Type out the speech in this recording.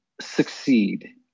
succeed